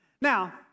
Now